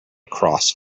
across